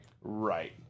Right